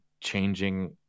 changing